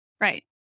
Right